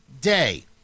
day